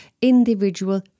individual